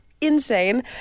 insane